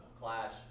clash